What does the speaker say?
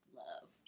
love